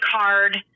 card